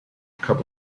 cup